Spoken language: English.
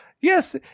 yes